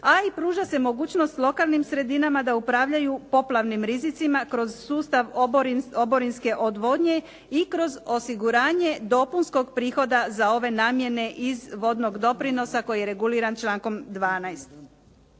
a i pruža se mogućnost lokalnim sredinama da upravljaju poplavnim rizicima kroz sustav oborinske odvodnje i kroz osiguranje dopunskog prihoda za ove namjene iz vodnog doprinosa koji je reguliran člankom 12.